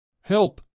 Help